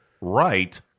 right